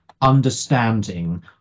understanding